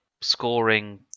scoring